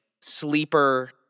sleeper